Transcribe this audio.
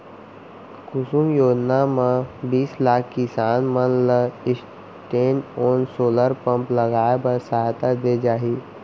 कुसुम योजना म बीस लाख किसान मन ल स्टैंडओन सोलर पंप लगाए बर सहायता दे जाही